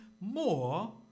more